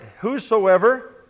Whosoever